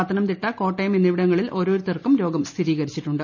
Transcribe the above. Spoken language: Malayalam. പത്തനംതിട്ട കോട്ടയം എന്നിവിടങ്ങളിൽ ് ഓരോരുത്തർക്കും രോഗം സ്ഥിരീകരിച്ചിട്ടുണ്ട്